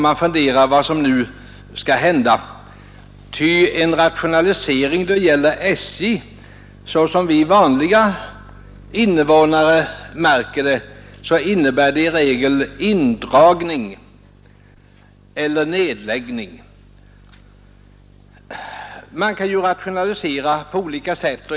Man undrar vad som nu skall hända. Sådana här rationaliseringar innebär ofta för oss vanliga invånare indragningar eller nedläggningar. Rationaliseringar kan ju ske på olika sätt.